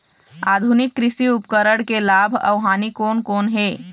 आधुनिक कृषि उपकरण के लाभ अऊ हानि कोन कोन हे?